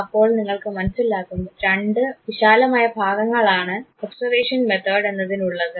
അപ്പോൾ നിങ്ങൾക്ക് മനസ്സിലാകും 2 രണ്ട് വിശാലമായ വിഭാഗങ്ങളാണ് ഒബ്സർവേഷൻ മെത്തേഡ് എന്നതിലുള്ളത്